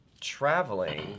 traveling